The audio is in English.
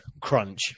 crunch